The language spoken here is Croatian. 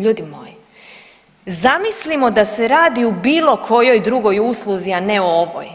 Ljudi moji, zamislimo da se radi o bilo kojoj drugoj usluzi, a ne ovoj